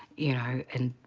you know, and.